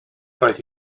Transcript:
roedd